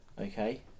Okay